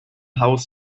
haus